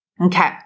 Okay